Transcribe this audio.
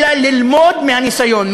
אלא ללמוד מהניסיון,